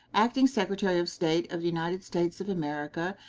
acting secretary of state of the united states of america,